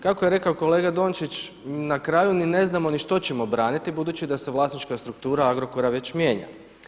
Kako je rekao kolega Dončić, na kraju ni ne znamo ni što ćemo braniti budući da se vlasnička struktura Agrokora već mijenja.